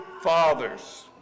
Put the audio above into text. fathers